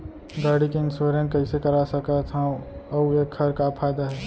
गाड़ी के इन्श्योरेन्स कइसे करा सकत हवं अऊ एखर का फायदा हे?